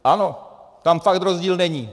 Ano, tam fakt rozdíl není.